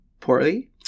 poorly